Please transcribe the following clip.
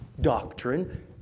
doctrine